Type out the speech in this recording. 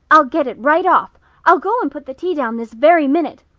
i'll get it right off i'll go and put the tea down this very minute.